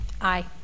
Aye